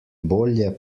bolje